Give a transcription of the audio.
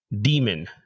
demon